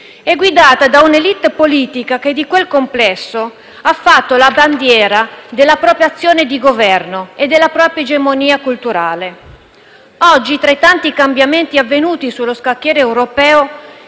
e guidata da un'*élite* politica che di quel complesso ha fatto la bandiera della propria azione di Governo e della propria egemonia culturale. Oggi, tra i tanti cambiamenti avvenuti sullo scacchiere europeo,